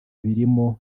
birimo